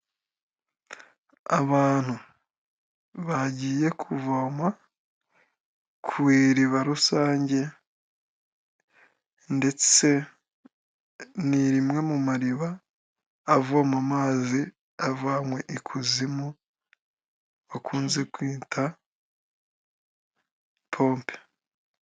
Abantu bagiye kuvoma ku iriba rusange, ndetse ni rimwe mu mariba avoma amazi avanywe i kuzimu bakunze kwita pompe.